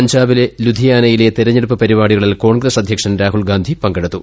പഞ്ചാബിലെ ലുധിയാനയിലെ തെരഞ്ഞെടുപ്പ് പരിപാടികളിൽ കോൺഗ്രസ് അധ്യക്ഷൻ രാഹുൽഗാന്ധി പങ്കെടുത്തു